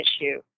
issue